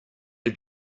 did